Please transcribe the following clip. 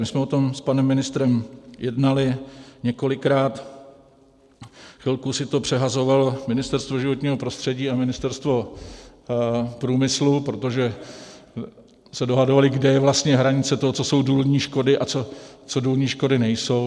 My jsme o tom s panem ministrem jednali několikrát, chvilku si to přehazovalo Ministerstvo životního prostředí a Ministerstvo průmyslu, protože se dohadovala, kde je vlastně hranice toho, co jsou důlní škody a co důlní škody nejsou.